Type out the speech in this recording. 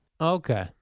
Okay